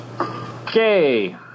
Okay